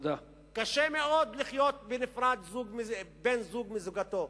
קשה מאוד לחיות בנפרד, בן-זוג מזוגתו.